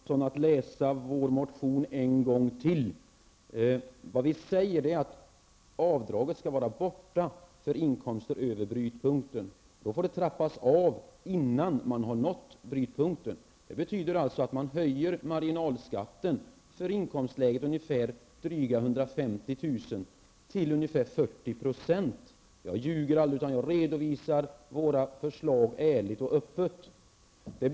Fru talman! Jag vill rekommendera Kjell Johansson att ännu en gång läsa vår motion, där vi säger att avdraget skall tas bort för inkomster över brytpunkten, och får då trappas av innan man har nått brytpunkten. Det betyder att man höjer marginalskatten för inkomster över drygt 250 000 kr. till ca 40 %. Jag ljuger aldrig, utan jag redovisar våra förslag ärligt och öppet.